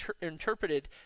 interpreted